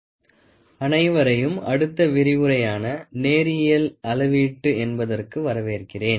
நேரியல் அளவீட்டு பகுதி 12 அனைவரையும் அடுத்த விரிவுரையான நேரியல் அளவீட்டு என்பதற்கு வரவேற்கிறேன்